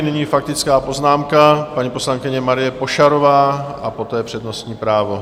Nyní faktická poznámka paní poslankyně Marie Pošarová, a poté přednostní právo.